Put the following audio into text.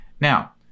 now